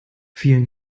vielen